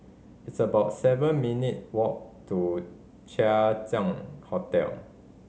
it's about seven minute walk to Chang Ziang Hotel